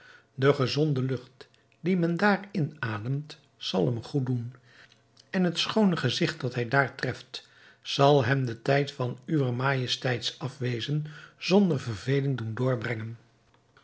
de gezonde lucht die men daar inademt zal hem goed doen en het schoone gezigt dat hij daar heeft zal hem den tijd van uwer majesteits afwezen zonder verveling doen doorbrengen